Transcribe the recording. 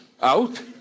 out